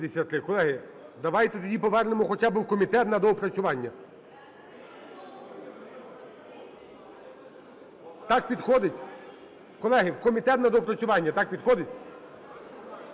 Колеги, давайте тоді повернемо хоча би в комітет на доопрацювання. Так підходить? Колеги, в комітет на доопрацювання, так підходить?